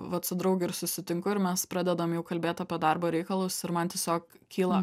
vat su drauge ir susitinku ir mes pradedam jau kalbėt apie darbo reikalus ir man tiesiog kyla